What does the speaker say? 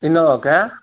ఇన్నోవాకా